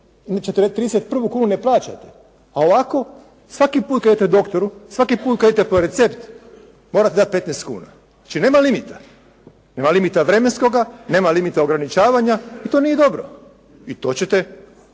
Vi 31. kunu ne plaćate, a ovako svaki put kad idete doktoru, svaki put kad idete po recept morate dati 15 kuna. Znači nema limita. Nema limita vremenskoga, nema limita ograničavanja i to nije dobro. I to ćete